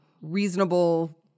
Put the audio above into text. reasonable